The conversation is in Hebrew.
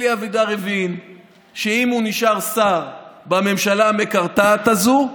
אלי אבידר הבין שאם הוא נשאר שר בממשלה המקרטעת הזאת,